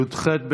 י"ח